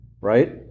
Right